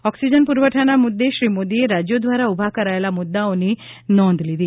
oxygen પુરવઠાના મુદ્દે શ્રી મોદીએ રાજ્યો દ્વારા ઉભા કરાયેલા મુદ્દાઓની નોંધ લીધી